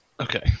Okay